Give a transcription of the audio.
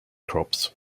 crops